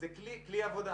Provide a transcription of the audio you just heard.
כלי עבודה,